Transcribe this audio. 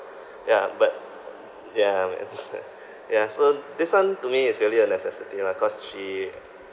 ya but yeah ya so this [one] to me is really a necessity lah cause she